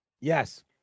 Yes